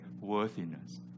worthiness